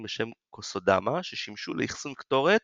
בשם "קוסודמה" ששימשו לאחסון קטורת